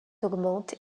augmente